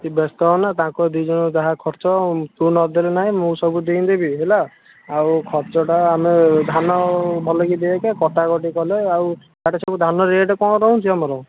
କିଛି ବ୍ୟସ୍ତ ହଅନା ତାଙ୍କ ଦୁଇଜଣଙ୍କ ଯାହା ଖର୍ଚ୍ଚ ହେବ ତୁ ନ ଦେଲେ ନାହିଁ ମୁଁ ସବୁ ଦେଇଁଦେବି ହେଲା ଆଉ ଖର୍ଚ୍ଚଟା ଆମେ ଧାନ ଭଲକି ଦେଖେ କଟାକଟି କଲେ ଆଉ ସିଆଡ଼େ ସବୁ ଧାନ ରେଟ୍ କ'ଣ ରହୁଛି ଆମର